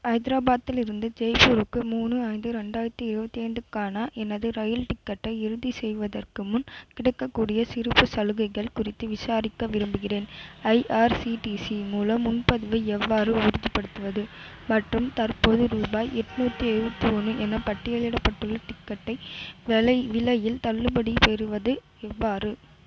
ஹைதராபாத்திலிருந்து ஜெய்ப்பூருக்கு மூணு ஐந்து ரெண்டாயிரத்தி இருபத்தி ஐந்துக்கான எனது இரயில் டிக்கெட்டை உறுதி செய்வதற்கு முன் கிடைக்கக்கூடிய சிறப்புச் சலுகைகள் குறித்து விசாரிக்க விரும்புகிறேன் ஐஆர்சிடிசி மூலம் முன்பதிவை எவ்வாறு உறுதிப்படுத்துவது மற்றும் தற்போது ருபாய் எண்நூத்தி எழுபத்தி ஒன்று என பட்டியலிடப்பட்டுள்ள டிக்கெட்டை விலை விலையில் தள்ளுபடி பெறுவது எவ்வாறு